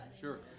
Sure